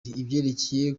ivyerekeye